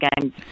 game's